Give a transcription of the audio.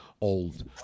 old